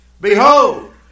Behold